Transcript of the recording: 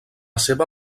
seva